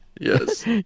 Yes